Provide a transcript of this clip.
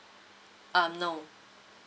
um no